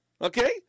okay